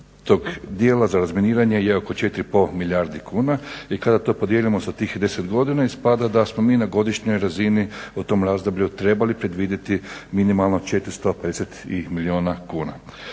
tog dijela za razminiranje je oko 4,5 milijardi kuna i kada to podijelimo sa tih 10 godina ispada da smo mi na godišnjoj razini u tom razdoblju trebali predvidjeti minimalno 450 milijuna kuna.